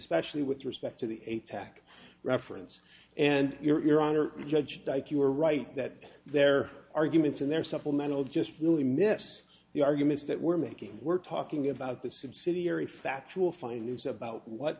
specially with respect to the atack reference and you're honor judge dyke you are right that their arguments and their supplemental just really miss the arguments that we're making we're talking about the subsidiary factual fine news about what